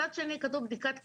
מצד שני כתוב בדיקת קורונה,